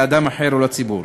לאדם אחר או לציבור.